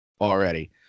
already